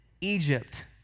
Egypt